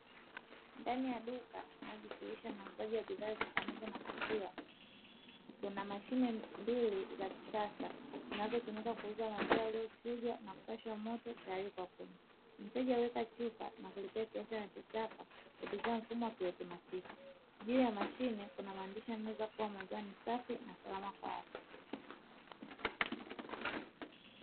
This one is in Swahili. Ndani ya duka linalojishughulisha na uuzaji wa bidhaa zinazotokanazo na maziwa, kuna mashine mbili za kisasa zinazotumika kuuza maziwa yaliyochujwa na kupashwa moto tayari kwa kunywa. Mteja huweka chupa na kulipia kiasi anachotaka kupitia mfumo wa kiautomatiki. Juu ya mashine kuna maandishi yanayoeleza kuwa maziwa ni safi na salama kwa afya.